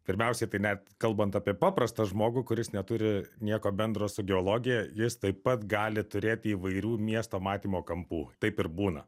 pirmiausia tai net kalbant apie paprastą žmogų kuris neturi nieko bendro su geologija jis taip pat gali turėti įvairių miesto matymo kampų taip ir būna